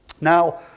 Now